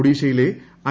ഒഡീഷയിലെ ഐ